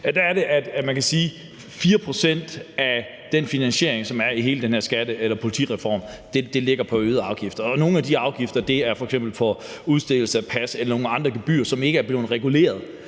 af den finansiering, der er i hele den her politireform, kommer fra øgede afgifter, og nogle af de afgifter er f.eks. på udstedelse af pas eller nogle andre gebyrer, som ikke er blevet reguleret